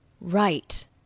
right